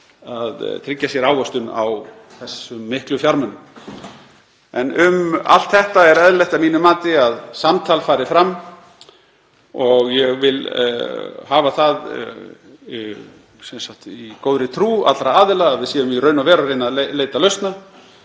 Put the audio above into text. að tryggja sér ávöxtun á þessum miklu fjármunum. En um allt þetta er eðlilegt að mínu mati að samtal fari fram og ég vil hafa það í góðri trú allra aðila að við séum í raun og veru að reyna að leita lausna.